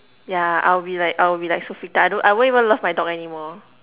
yeah I'll be like I'll be like so freaked out I don't I won't even love my dog anymore